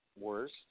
worse